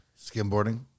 skimboarding